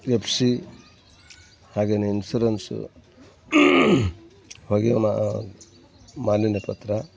F C ಹಾಗೇ insurance ಹೊಗೆ ಮಾ ಮಾಲಿನ್ಯ ಪತ್ರ